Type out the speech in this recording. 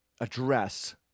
address